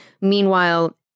Meanwhile